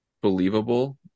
believable